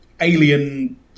alien